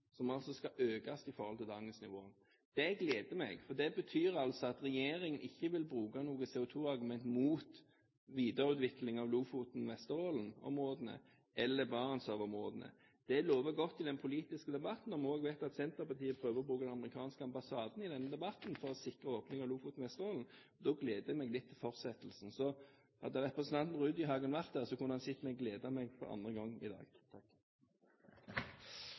som altså skal økes i forhold til dagens nivå. Det gleder meg. Det betyr at regjeringen ikke vil bruke noe CO2-argument mot videreutvikling av Lofoten–Vesterålen-områdene eller Barentshavområdene. Det lover godt i den politiske debatten. Når vi også vet at Senterpartiet prøver å bruke den amerikanske ambassaden i denne debatten for å sikre åpning av Lofoten–Vesterålen, gleder jeg meg litt til fortsettelsen – og hadde representanten Rudihagen vært her, kunne han sikkert ha gledet meg for andre gang i dag.